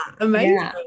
amazing